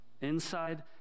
Inside